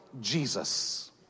Jesus